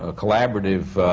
ah collaborative